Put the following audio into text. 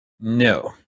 No